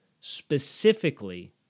specifically